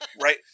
right